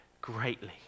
greatly